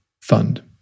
fund